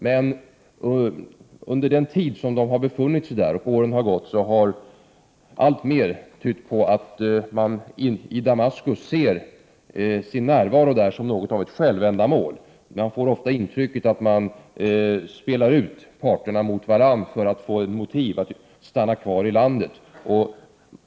Men under den tid som syrierna befunnit sig där och åren som gått har alltmer tytt på att man i Damaskus ser Syriens närvaro där som något av ett självändamål. Jag får ofta intrycket att man spelar ut parterna mot varandra för att få motiv att stanna kvar i landet.